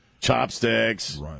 chopsticks